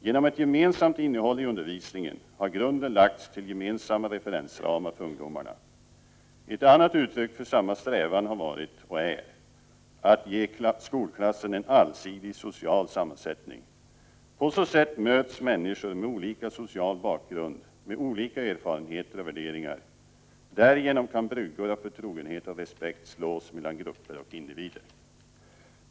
Genom ett gemensamt innehåll i undervisningen har grunden lagts till gemensamma referensramar för ungdomarna. Ett annat uttryck för samma strävan har varit och är att ge skolklassen en allsidig social 135 sammansättning. På så sätt möts människor med olika social bakgrund, med olika erfarenheter och värderingar. Därigenom kan bryggor av förtrogenhet och respekt slås mellan grupper och individer.